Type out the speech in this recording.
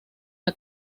por